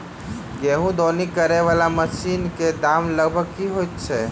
गेंहूँ दौनी करै वला मशीन कऽ दाम लगभग की होइत अछि?